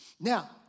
Now